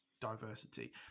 diversity